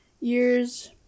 years